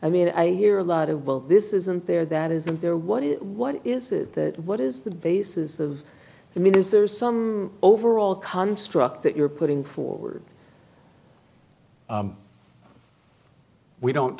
i mean i hear a lot of well this isn't there that isn't there what is what is it that what is the basis of i mean is there some overall construct that you're putting forward we don't